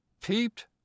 Peeped